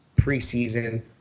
preseason